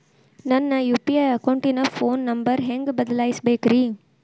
ನನ್ನ ಯು.ಪಿ.ಐ ಅಕೌಂಟಿನ phone number ಹೆಂಗ್ ಬದಲಾಯಿಸ ಬೇಕ್ರಿ?